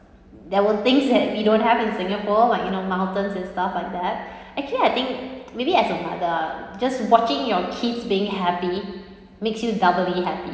there were things that we don't have in singapore like you know mountains and stuff like that actually I think maybe as a mother just watching your kids being happy makes you doubly happy